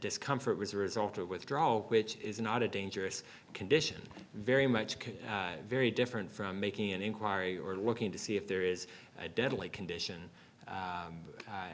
discomfort was a result of withdrawal which is not a dangerous condition very much could very different from making an inquiry or looking to see if there is a deadly condition